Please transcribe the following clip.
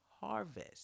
harvest